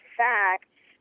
facts